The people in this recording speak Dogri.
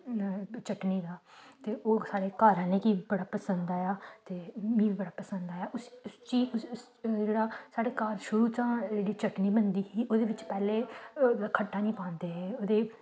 चटनी दा ते ओह् साढ़े घर आह्लें गी बी बड़ा पसंद आया ते मी बी बड़ा पसंद आया उस चीज जेह्ड़ा साढ़े घर शुरू चां जेह्ड़ी चटनी बनदी ही ओह्दे बिच्च पैह्लें खट्टा निं पांदे हे ओह्दे